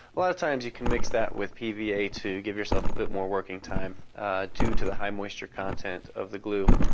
a lot of times you can mix that with pva to give yourself a bit of more working time due to the high moisture content of the glue.